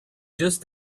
just